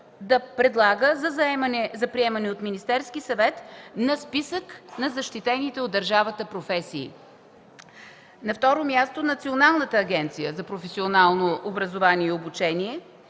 да предлага за приемане от Министерския съвет на списък на защитените от държавата професии. На второ място, Националната агенция за професионално образование и обучение